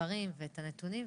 הדברים ואת הנתונים.